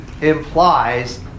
implies